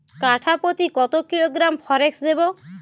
কাঠাপ্রতি কত কিলোগ্রাম ফরেক্স দেবো?